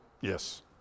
yes